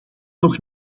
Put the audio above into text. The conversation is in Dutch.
nog